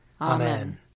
Amen